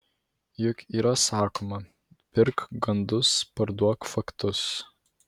juk yra sakoma pirk gandus parduok faktus